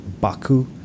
Baku